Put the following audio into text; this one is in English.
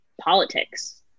politics